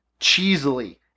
cheesily